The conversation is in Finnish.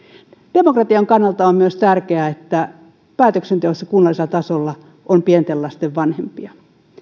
demokratian kannalta on tärkeää että päätöksen teossa kunnallisella tasolla on pienten lasten vanhempia